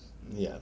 ya